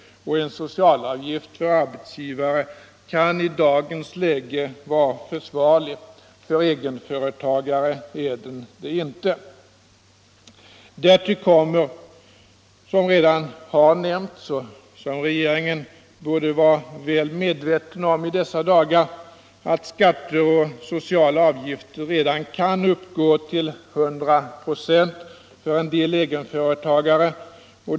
En socialavgift för arbetsgivare kan i dagens läge vara försvarlig. För egenföretagare är den det inte. Därtill kommer, som redan har nämnts —- och som regeringen borde vara väl medveten om i dessa dagar — att skatter och sociala avgifter redan kan uppgå till 100 26 för en del egenföretagare.